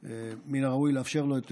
מן הראוי לאפשר לו את